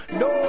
no